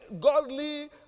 godly